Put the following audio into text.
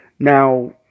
Now